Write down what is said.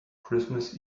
christmas